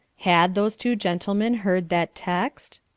had those two gentlemen heard that text?